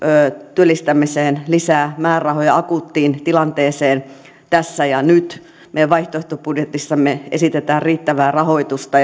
työllistämiseen lisää määrärahoja akuuttiin tilanteeseen tässä ja nyt meidän vaihtoehtobudjetissamme esitetään riittävää rahoitusta